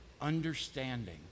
understanding